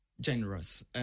generous